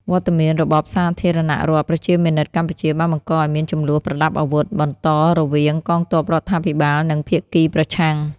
វត្តមានរបបសាធារណរដ្ឋប្រជាមានិតកម្ពុជាបានបង្កឱ្យមានជម្លោះប្រដាប់អាវុធបន្តរវាងកងទ័ពរដ្ឋាភិបាល និងភាគីប្រឆាំង។